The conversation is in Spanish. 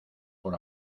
por